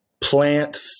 plant